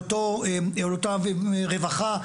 לאותה רווחה,